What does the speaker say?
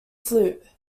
flute